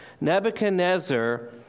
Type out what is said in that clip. Nebuchadnezzar